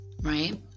right